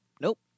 nope